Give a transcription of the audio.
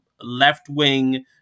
left-wing